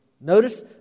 Notice